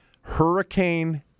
hurricane